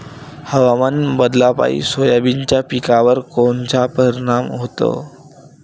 हवामान बदलापायी सोयाबीनच्या पिकावर कोनचा परिणाम होते?